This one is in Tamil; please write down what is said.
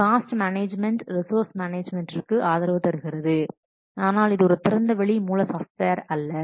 இது காஸ்ட் மேனேஜ்மென்ட் ரிசோர்சஸ் மேனேஜ்மென்டிற்கு ஆதரவு தருகிறது ஆனால் இது ஒரு திறந்தவெளி மூல சாஃப்ட்வேர் அல்ல